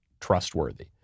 trustworthy